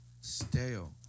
stale